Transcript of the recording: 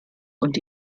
und